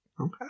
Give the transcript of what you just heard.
okay